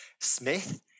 Smith